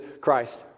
Christ